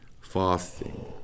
fasting